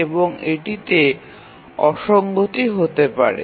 তবে এটিতে অসঙ্গতি হতে পারে